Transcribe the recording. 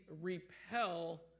repel